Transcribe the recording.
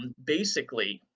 basically,